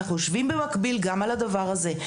אנחנו יושבים במקביל גם על הדבר הזה.